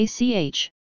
ACH